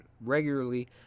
regularly